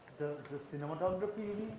the cinematography